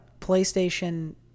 PlayStation